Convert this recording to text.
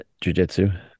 jujitsu